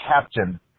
captain